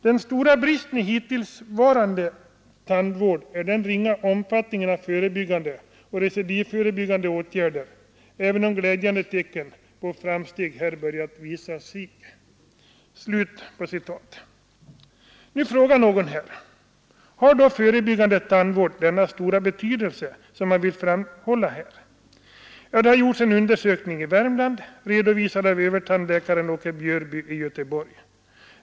——— Den stora bristen i hittillsvarande tandvård är den ringa omfattningen av förebyggande och recidivförebyggande åtgärder — även om glädjande tecken på framsteg har börjat visa sig.” Nu frågar någon om förebyggande tandvård har den stora betydelse som man vill framhålla här. Ja, det har gjorts en undersökning i Värmland redovisad av övertandläkaren Åke Björby i Göteborg.